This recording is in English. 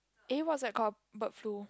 eh what's that called bird flu